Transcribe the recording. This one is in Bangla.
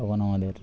তখন আমাদের